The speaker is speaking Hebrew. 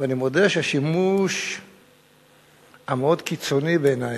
אני מודה שהשימוש המאוד-קיצוני בעיני,